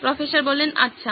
professor আচ্ছা